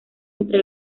entre